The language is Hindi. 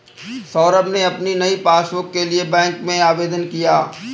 सौरभ ने अपनी नई पासबुक के लिए बैंक में आवेदन किया